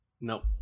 Nope